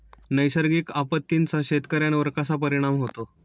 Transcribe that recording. नैसर्गिक आपत्तींचा शेतकऱ्यांवर कसा परिणाम होतो?